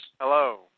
Hello